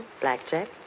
blackjack